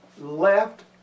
left